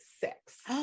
six